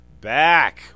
back